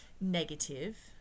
negative